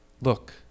Look